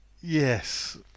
Yes